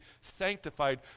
sanctified